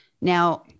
Now